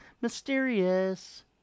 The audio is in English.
Mysterious